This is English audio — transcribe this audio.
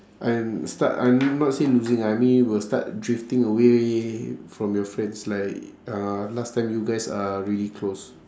and start I'm not say losing I mean will start drifting away from your friends like uh last time you guys are really close